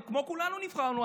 וכולנו נבחרנו,